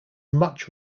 much